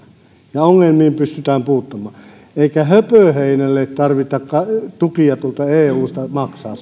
ja ongelmiin pystytään puuttumaan eikä höpöheinälle tarvita tukia tuolta eusta maksaa